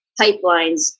pipelines